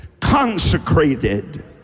consecrated